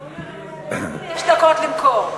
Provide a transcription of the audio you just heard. לעמר, יש דקות למכור.